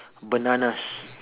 bananas